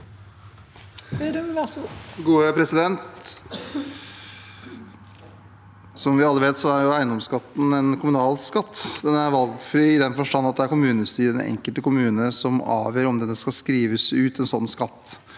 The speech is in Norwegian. Som vi alle vet, er eiendomsskatten en kommunal skatt. Den er valgfri, i den forstand at det er kommunestyret i den enkelte kommune som avgjør om det skal skrives ut eiendomsskatt.